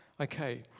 Okay